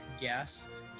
guest